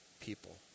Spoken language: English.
people